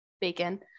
bacon